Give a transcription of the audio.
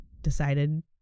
decided